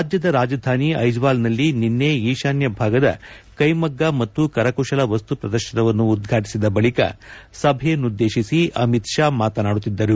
ರಾಜ್ದದ ರಾಜಧಾನಿ ಐಜ್ವಾಲ್ನಲ್ಲಿ ನಿನ್ನೆ ಈಶಾನ್ದ ಭಾಗದ ಕೈಮಗ್ಗ ಮತ್ತು ಕರಕುಶಲ ವಸ್ತು ಪ್ರದರ್ಶನವನ್ನು ಉದ್ವಾಟಿಸಿದ ಬಳಿಕ ಸಭೆಯನ್ನುದ್ದೇಶಿಸಿ ಅಮಿತ್ ಶಾ ಮಾತನಾಡುತ್ತಿದ್ದರು